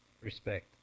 respect